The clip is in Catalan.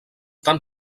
tan